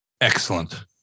Excellent